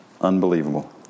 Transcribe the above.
Unbelievable